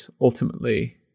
ultimately